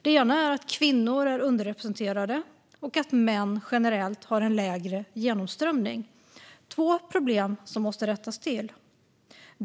Det ena är att kvinnor är underrepresenterade och det andra att män generellt har en lägre genomströmning. Det är två problem som måste rättas till.